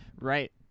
Right